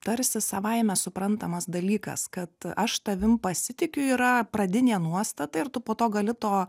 tarsi savaime suprantamas dalykas kad aš tavim pasitikiu yra pradinė nuostata ir tu po to gali to